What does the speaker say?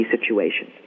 situations